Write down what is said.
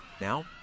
Now